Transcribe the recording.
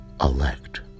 elect